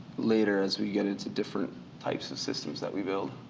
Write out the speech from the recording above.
later as we get into different types of systems that we build.